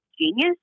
genius